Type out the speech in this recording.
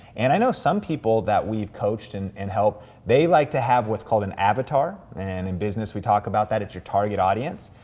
and i know some people that we've approached and and helped, they like to have what's called an avatar, and in business, we talk about that as your target audience,